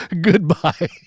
Goodbye